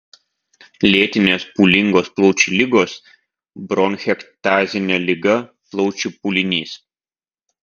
lėtinės pūlingos plaučių ligos bronchektazinė liga plaučių pūlinys